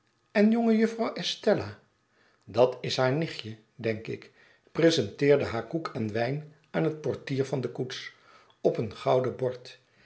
en jonge juffer estella dat is haar nichtje denk ik presenteerde haar koek en wijn aan het portier van de koets op een gouden bord